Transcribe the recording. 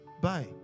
Bye